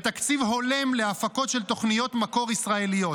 ותקציב הולם להפקות של תוכניות מקור ישראליות.